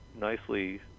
nicely